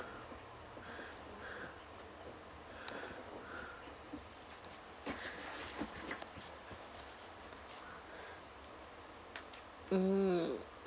mm